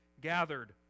gathered